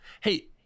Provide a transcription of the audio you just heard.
Hey